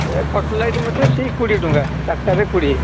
ସେ କଟଲେଟ୍ ମଧ୍ୟ ସେଇ କୋଡ଼ିଏ ଟଙ୍କା ଚାରିଟାରେ କୋଡ଼ିଏ